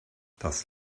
das